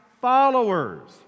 followers